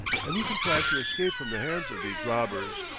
and he contrived to escape from the hands of these robbers.